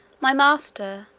my master,